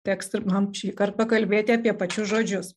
teks ir man šįkart pakalbėti apie pačius žodžius